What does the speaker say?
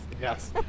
Yes